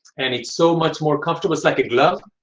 and it's so much more comfortable, it's like a glove.